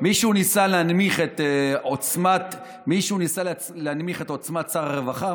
ניסה להנמיך את עוצמת שר הרווחה.